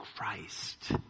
Christ